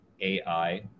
AI